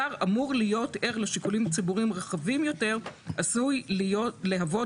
השר אמור להיות ער לשיקולים ציבוריים רחבים יותר עשוי להוות